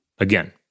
Again